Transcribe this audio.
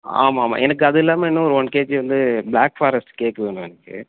ஆமாம் ஆமாம் எனக்கு அது இல்லாம இன்னும் ஒரு ஒன் கேஜி வந்து ப்ளாக் ஃபாரஸ்ட் கேக் வேணும் எனக்கு